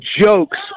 jokes